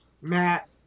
Matt